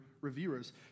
reviewers